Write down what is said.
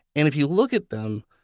and if you look at them,